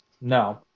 no